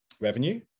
revenue